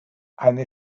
eine